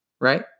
right